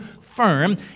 firm